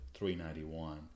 391